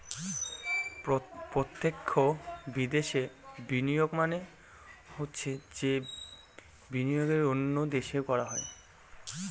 প্রত্যক্ষ বিদেশে বিনিয়োগ মানে হচ্ছে যে বিনিয়োগ অন্য দেশে করা হয়